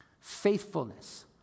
Faithfulness